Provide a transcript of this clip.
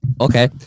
Okay